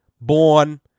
born